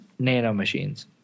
nanomachines